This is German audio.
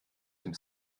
dem